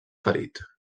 ferit